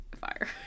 fire